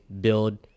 build